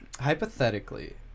hypothetically